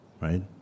right